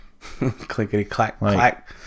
Clickety-clack-clack